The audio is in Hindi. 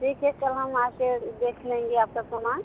ठीक है कल हम आ कर देख लेंगे आपका सामान